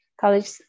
college